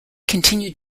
continued